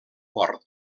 port